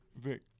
Vic